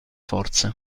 forze